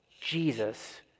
Jesus